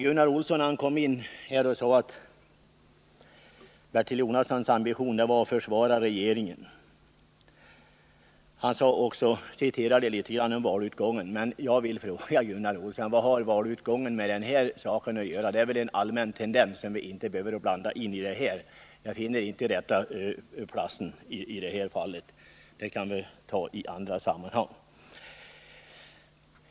Gunnar Olsson sade att Bertil Jonassons ambition är att försvara regeringen. Han redogjorde också litet för vad som sagts om valutgången. Men jag vill fråga: Vad har valutgången med detta att göra? Jag finner inte att den frågan passar in här. Den får vi ta upp i andra sammanhang.